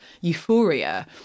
euphoria